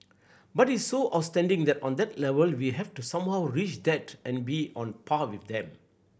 but it is so outstanding that on that level we have to somehow reach that and be on par with them